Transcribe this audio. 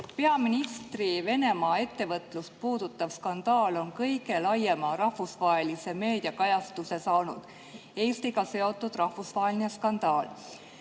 Peaministri Venemaa ettevõtlust puudutav skandaal on kõige laiema rahvusvahelise meediakajastuse saanud Eestiga seotud rahvusvaheline skandaal.